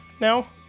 now